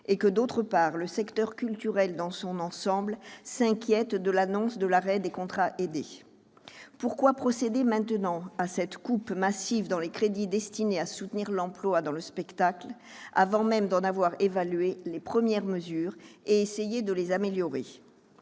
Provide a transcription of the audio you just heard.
et que, d'autre part, le secteur culturel dans son ensemble s'inquiète de l'annonce de l'arrêt des contrats aidés. Pourquoi procéder maintenant à cette coupe massive dans les crédits destinés à soutenir l'emploi dans le spectacle, avant même d'avoir évalué les premières mesures en question et essayé de les améliorer ?